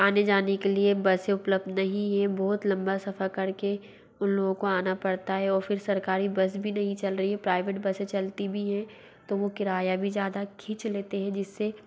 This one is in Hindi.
आने जाने के लिए बसें उपलब्ध नहीं हैं बहुत लंबा सफ़र कर के उन लोगों को आना पड़ता है और फिर सरकारी बस भी नहीं चल रही है प्राइवेट बसें चलती भी हैं तो वो किराया भी ज़्यादा खींच लेते हें जिस से